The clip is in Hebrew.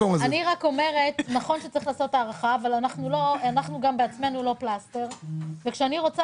נכון שצריך לעשות הערכה אבל אנחנו גם בעצמנו לא פלסטר וכשאני רוצה